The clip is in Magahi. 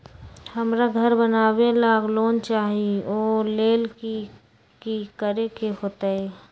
हमरा घर बनाबे ला लोन चाहि ओ लेल की की करे के होतई?